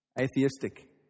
atheistic